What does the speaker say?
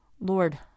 Lord